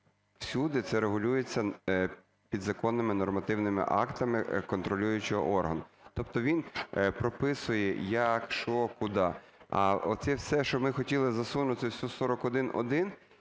всюди це регулюється підзаконними нормативними актами контролюючого органу. Тобто він прописує як, що, куди. А оце все, що ми хотіли засунути в цю 41-1,